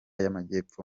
y’amajyepfo